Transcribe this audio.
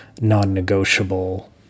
non-negotiable